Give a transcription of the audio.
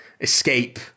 escape